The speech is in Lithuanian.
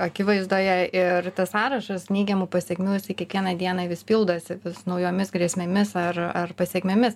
akivaizdoje ir tas sąrašas neigiamų pasekmių jisai kiekvieną dieną vis pildosi vis naujomis grėsmėmis ar ar pasekmėmis